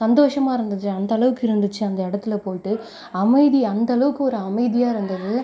சந்தோஷமாக இருந்துச்சு அந்த அளவுக்கு இருந்துச்சு அந்த இடத்துல போய்ட்டு அமைதி அந்த அளவுக்கு ஒரு அமைதியாக இருந்தது